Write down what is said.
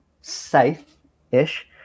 safe-ish